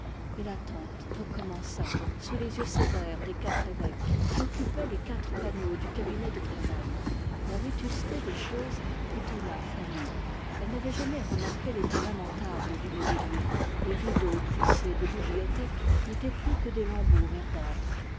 et l'attente recommença sous les yeux sévères des quatre évêques qui occupaient les quatre panneaux du cabinet de travail la vétusté des choses étonna fanny elle n'avait jamais remarqué l'état lamentable du mobilier les rideaux plissés des bibliothèques n'étaient plus que des lambeaux verdâtres